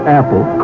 apple